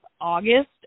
August